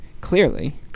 Clearly